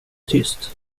tyst